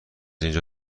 اینجا